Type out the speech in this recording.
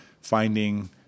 finding